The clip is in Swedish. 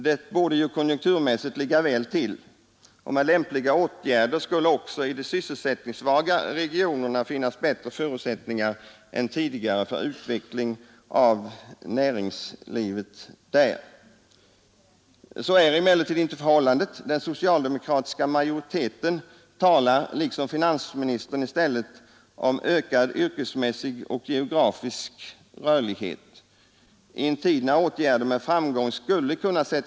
Det borde ju konjunkturmässigt ligga väl till. Med lämpliga åtgärder skulle också i de sysselsättningssvaga regionerna finnas bättre förutsättningar än tidigare för utveckling av näringslivet där. Så är emellertid inte förhållandet. Den socialdemokr talar liksom finansministern i stället om ökad yrkesmässig och geografisk åtgärder med framgång skulle kunna sättas in för tiska majoriteten rörlighet.